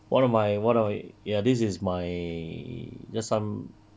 one of my one of ya this is my just some